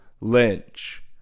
Lynch